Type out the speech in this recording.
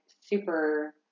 super